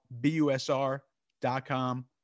BUSR.com